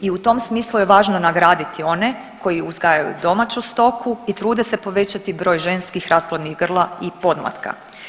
I u tom smislu je važno nagraditi one koji uzgajaju domaću stoku i trude se povećati broj ženskih rasplodnih grla i podmlatka.